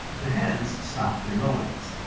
the hens stopped their noise.